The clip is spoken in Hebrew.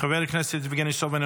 חבר הכנסת יבגני סובה,